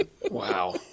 Wow